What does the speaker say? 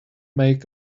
make